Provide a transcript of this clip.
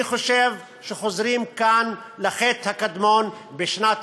אני חושב שחוזרים כאן לחטא הקדמון משנת